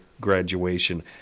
graduation